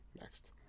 Next